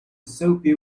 soapy